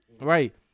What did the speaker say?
Right